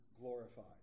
glorified